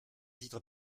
titre